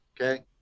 okay